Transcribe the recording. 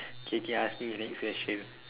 K K ask me the next question